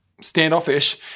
standoffish